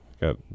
Got